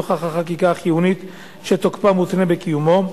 נוכח החקיקה החיונית שתוקפה מותנה בקיומו.